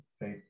right